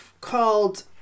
called